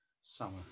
summer